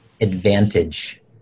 advantage